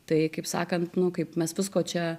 tai kaip sakant nu kaip mes visko čia